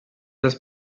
dels